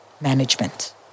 management